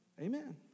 Amen